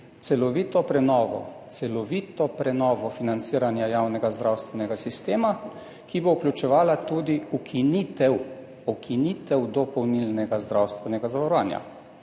celovito prenovo financiranja javnega zdravstvenega sistema, ki bo vključevala tudi ukinitev, ukinitev dopolnilnega zdravstvenega zavarovanja.